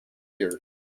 year